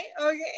okay